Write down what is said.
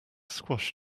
squashed